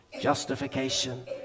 Justification